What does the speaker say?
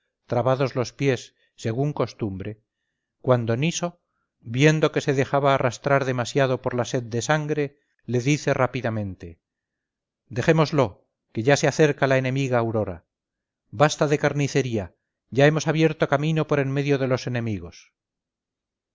trabados los pies según costumbre cuando niso viendo que se dejaba arrastrar demasiado por la sed de sangre le dice rápidamente dejémoslo que ya se acerca la enemiga aurora basta de carnicería ya hemos abierto camino por en medio de los enemigos